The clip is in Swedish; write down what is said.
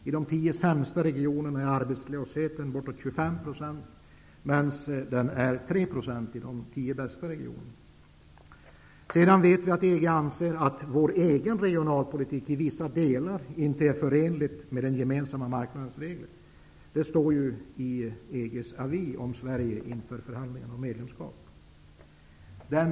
I de tio sämsta regionerna är arbetslösheten bortåt 25 %, medan den är 3e% i de tio bästa regionerna. Vidare vet vi att EG anser att den svenska regionalpolitiken i vissa delar inte är förenlig med den gemensamma marknadens regler. Det här framgår av EG:s avis om Sverige som har kommit ut inför förhandlingarna om medlemskap.